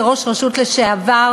כראש רשות לשעבר,